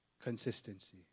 Consistency